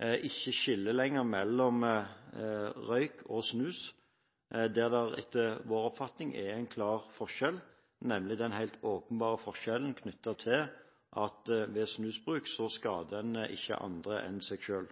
ikke lenger skiller mellom røyk og snus. Etter vår oppfatning er det en klar forskjell, nemlig den helt åpenbare forskjellen at ved snusbruk skader man ikke andre enn seg selv.